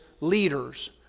leaders